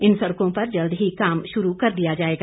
इन सड़कों पर जल्द ही काम शुरू कर दिया जाएगा